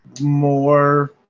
more